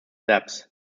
debts